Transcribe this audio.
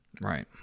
Right